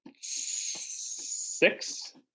six